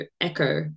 Echo